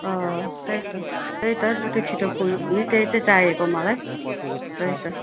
अँ त्यही त त्यही त जति छिट्टो फुल हुने त्यही चाहिँ चाहिएको मलाई त्यही त